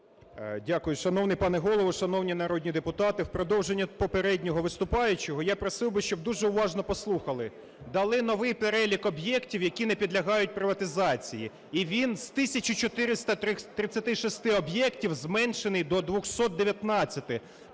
Дякую. Шановний пане Голово, шановні народні депутати, в продовження попереднього виступаючого – я просив би, щоб дуже уважно послухали – дали новий перелік об'єктів, які не підлягають приватизації. І він з тисячі 436 об'єктів зменшений до 219,